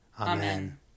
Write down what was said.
Amen